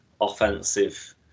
offensive